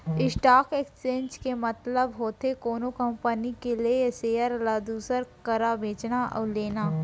stock exchange के मतलब होथे कोनो कंपनी के लेय सेयर ल दूसर करा बेचना अउ लेना